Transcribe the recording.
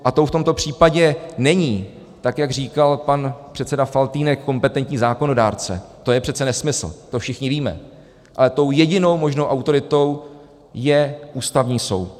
A tou v tomto případě není, jak říkal pan předseda Faltýnek, kompetentní zákonodárce, to je přece nesmysl, to všichni víme, ale jedinou možnou autoritou je Ústavní soud.